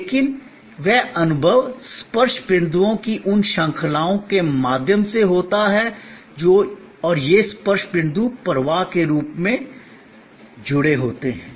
लेकिन वह अनुभव स्पर्श बिंदुओं की इन श्रृंखलाओं के माध्यम से होता है और यह स्पर्श बिंदु प्रवाह के रूप में जुड़े होते हैं